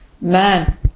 Man